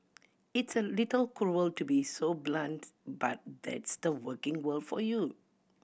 it's a little cruel to be so blunt but that's the working world for you